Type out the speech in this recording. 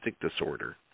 disorder